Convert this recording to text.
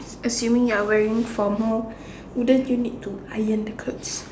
assuming you're wearing formal wouldn't you need to Iron the clothes